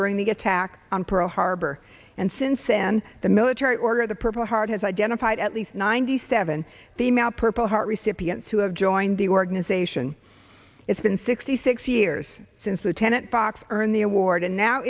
during the attack on pearl harbor and since then the military order of the purple heart has identified at least ninety seven the male purple heart recipients who have joined the organization it's been sixty six years since lieutenant box earn the award and now